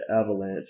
avalanche